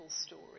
story